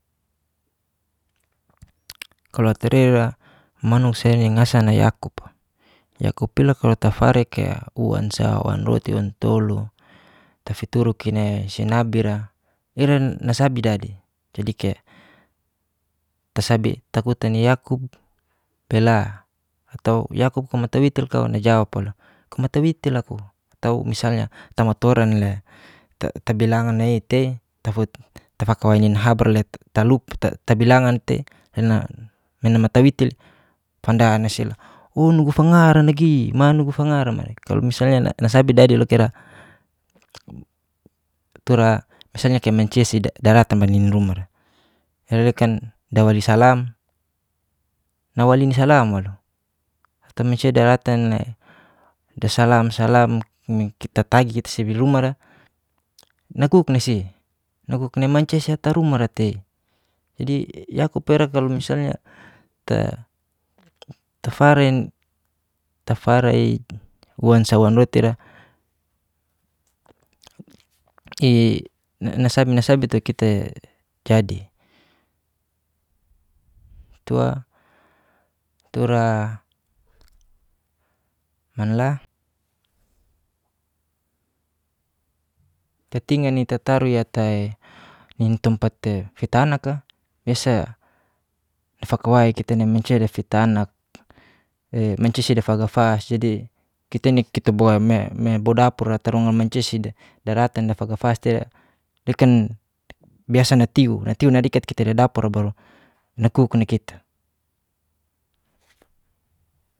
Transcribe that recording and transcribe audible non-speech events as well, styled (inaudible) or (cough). Kalo atariwa manuk sa ni ngasana yakub'a, yakupila kalo tafareke uan sa uan roti uan tolu, tafituruk'i sinabira ira na sabidadi (hesitation) tasa bi taku tani yakup bela atau yakup kuma ta witir kau na jawab walu kuma ta witir laku atau misalnya tama toran le (hesitation) bilangan nai tei tafot tafakawai nin habar leta talub (hesitation) ta bilangan tei (hesitation) mena mata witil fanda nasila oh nugu fanga ranagi ma nugu fanga rama'i kalo misalnya nasabi dadi loka ira tura misalnya kaya mancia sida daratan bani nini ruma ra ira le kan dawali salam nawalini salam walu te mancia daratan tei dia salam salam mi kita tagi sebelum ma ra nakub nai si nuguk ni mancia siata ta ruma tei jadi yakupe ra kalo misalnya (hesitation) ta faren ta faraik uan sa uan roti uan ra (hesitation) ii nasabi nasabi te kite jadi, (hesitation) tura man la, tatingan ni tataruya (hesitation) ta (hesitation) tempat (hesitation) fitana ka, biasa fakawai kita nai mancia (hesitation) mancia sid fagafas jadi kita nai (hesitation) bodapura taronga mancia si (hesitation) daratan na fagafas te ira lekan biasa natiu, natiu na likat kita lei dapur baru nakuk nai kita.